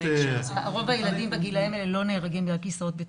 רוב הילדים בגילאים האלה לא נהרגים בגלל כיסאות בטיחות.